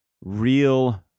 real